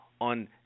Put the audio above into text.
on